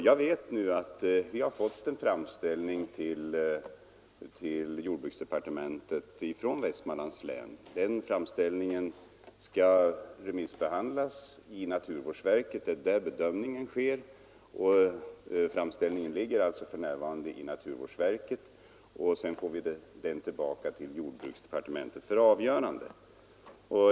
Jag vet nu att vi fått en framställning till jordbruksdepartementet från Västmanlands län. Den framställningen skall remissbehandlas i naturvårdsverket, det är där bedömningen sker. Framställningen ligger alltså för närvarande hos naturvårdsverket, och sedan får vi den tillbaka till jordbruksdepartementet för avgörande.